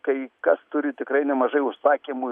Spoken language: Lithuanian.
kai kas turi tikrai nemažai užsakymų